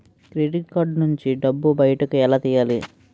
Credit card నుంచి డబ్బు బయటకు ఎలా తెయ్యలి?